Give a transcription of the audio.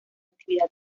actividad